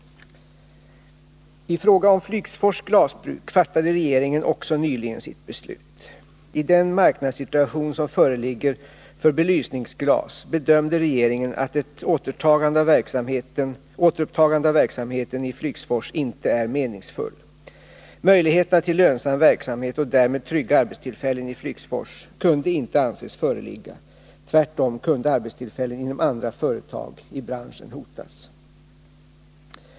I fråga om Flygsfors glasbruk fattade regeringen också nyligen sitt beslut. I den marknadssituation som föreligger för belysningsglas bedömde regeringen att ett återupptagande av verksamheten i Flygsfors inte är meningsfullt. Möjligheterna till lönsam verksamhet och därmed trygga arbetstillfällen i Flygsfors kunde inte anses föreligga. Tvärtom kunde arbetstillfällen inom andra företag i branschen hotas.